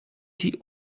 sie